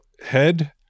head